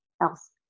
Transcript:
else